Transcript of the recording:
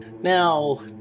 Now